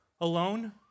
alone